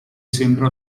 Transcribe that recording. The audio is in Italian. sembrò